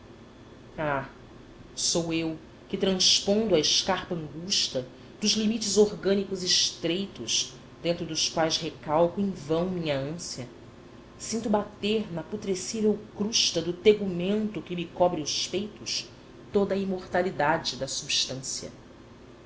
sou eu que transpondo a escarpa angusta dos limites orgânicos estreitos dentro dos quais recalco em vão minha ânsia sinto bater na putrescível crusta do tegumento que me cobre os peitos toda a imortalidade da substância